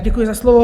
Děkuji za slovo.